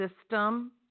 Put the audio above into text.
system